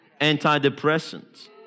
antidepressants